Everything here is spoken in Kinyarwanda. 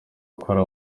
gukora